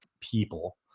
people